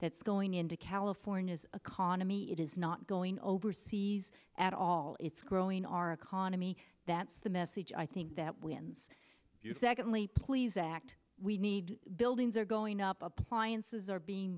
that's going into california's economy it is not going overseas at all it's growing our economy that's the message i think that when you secondly please act we need buildings are going up appliances are being